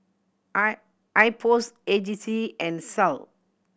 I IPOS A G C and SAL